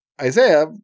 Isaiah